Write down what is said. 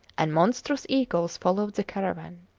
and monstrous eagles followed the caravan.